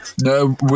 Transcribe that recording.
No